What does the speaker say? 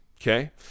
Okay